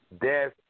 death